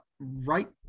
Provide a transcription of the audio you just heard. Right